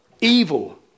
evil